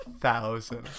thousand